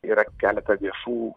yra keletą viešų